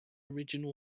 original